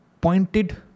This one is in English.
pointed